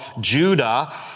Judah